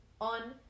on